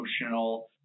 emotional